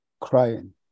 crying